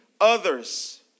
others